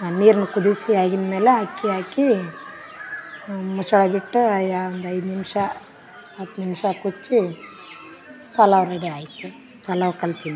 ನೀರನ್ನ ಕುದಿಸಿ ಆಗಿದ ಮೇಲೆ ಅಕ್ಕಿ ಹಾಕಿ ಮುಚ್ಚಳ ಬಿಟ್ಟು ಯಾ ಒಂದು ಐದು ನಿಮಿಷ ಹತ್ತು ನಿಮಿಷ ಕುದಿಸಿ ಪಲಾವ್ ರೆಡಿ ಆಯಿತು ಪಲಾವ್ ಕಲ್ತಿನಿ